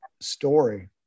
story